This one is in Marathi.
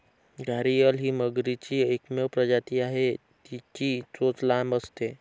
घारीअल ही मगरीची एकमेव प्रजाती आहे, तिची चोच लांब असते